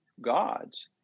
God's